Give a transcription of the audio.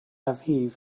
aviv